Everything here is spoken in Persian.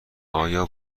آیا